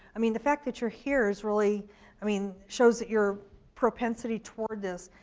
i mean, the fact that you're here is really i mean shows that your propensity toward this.